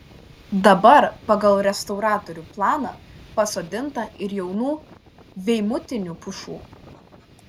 dabar pagal restauratorių planą pasodinta ir jaunų veimutinių pušų